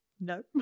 No